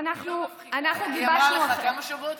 היא אמרה כמה שבועות,